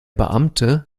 beamte